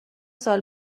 سال